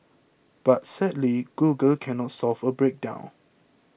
but sadly Google cannot solve a breakdown